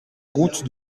route